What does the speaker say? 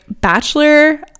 bachelor